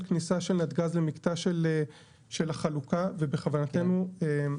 כניסה של נתגז למקטע של החלוקה ובכוונתנו גם